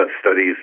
studies